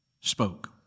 spoke